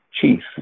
chief